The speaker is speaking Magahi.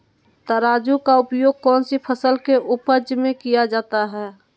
तराजू का उपयोग कौन सी फसल के उपज में किया जाता है?